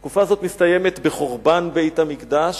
תקופה זו מסתיימת בחורבן בית-המקדש,